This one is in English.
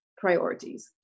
priorities